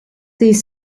these